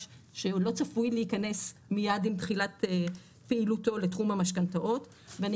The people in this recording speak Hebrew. שלא צפוי להיכנס מיד עם תחילת פעילותו לתחום המשכנתאות ואני